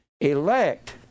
Elect